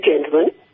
gentlemen